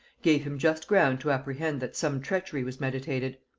gave him just ground to apprehend that some treachery was meditated.